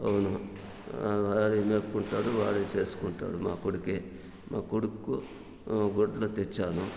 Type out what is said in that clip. అవును వాడే మేపుకుంటాడు వాడే చేసుకుంటాడు మా కొడుకే మా కొడుక్కు గొడ్లు తెచ్చాను